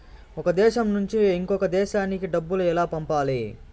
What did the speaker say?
ఒక దేశం నుంచి ఇంకొక దేశానికి డబ్బులు ఎలా పంపాలి?